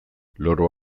loro